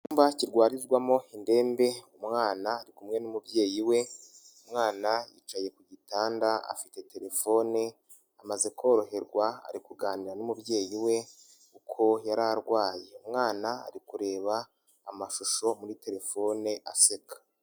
Icyumba kirwarirwamo indembe, umwana ari kumwe n'umubyeyi we, umwana yicaye ku gitanda afite telefone, amaze koroherwa ari kuganira n'umubyeyi we uko yari arwaye. Umwana ari kureba amashusho muri telefone aseka.